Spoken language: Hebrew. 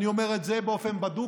אני אומר את זה באופן בדוק,